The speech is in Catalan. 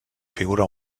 figura